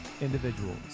individuals